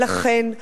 ולכן,